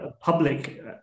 public